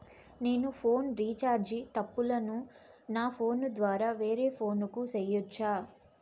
నేను phone recharge తప్పులను నా ఫోను ద్వారా వేరే ఫోను కు సేయొచ్చా?